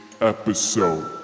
episode